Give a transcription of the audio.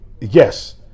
yes